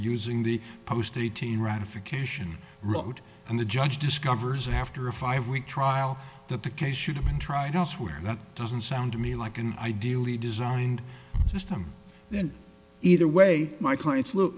reusing the post eighteen ratification road and the judge discovers after a five week trial that the case should have been tried elsewhere that doesn't sound to me like an ideally designed system then either way my clients